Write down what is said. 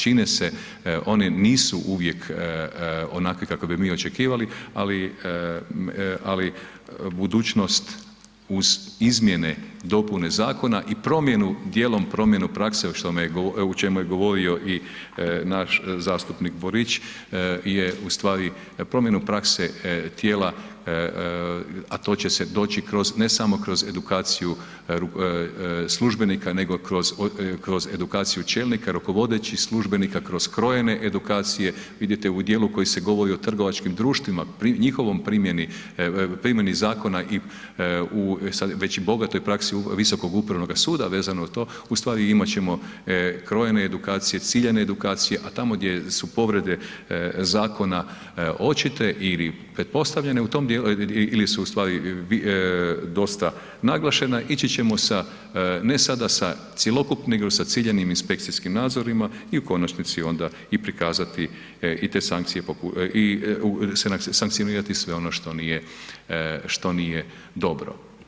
Čine se, oni nisu uvijek onakvi kakve bi mi očekivali, ali budućnost uz izmjene i dopune zakona i promjenu, dijelom promjenu prakse, o čemu je govorio i naš zastupnik Borić je u stvari, promjenu prakse tijela, a to će doći, ne samo kroz edukaciju službenika, nego kroz edukaciju čelnika, rukovodećih službenika, kroz krojene edukacije, vidite u dijelu koji se govori o trgovačkim društvima, njihovoj primjeni zakona i u, sad već i bogatoj praksi Visokog upravnoga suda, vezano uz to, u stvari imat ćemo krojene edukacije, ciljane edukacije, a tamo gdje su povrede zakona očite ili pretpostavljene, u tom dijelu, ili su u stvari dosta naglašena, ići ćemo sa, ne sada sa cjelokupnim nego sa ciljanim inspekcijskim nadzorima i u konačnici onda i prikazati i te sankcije i sankcionirati sve ono što nije dobro.